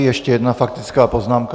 Ještě jedna faktická poznámka.